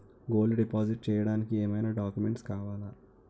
Gold deposit చేయడానికి ఏమైనా documents కావాలా?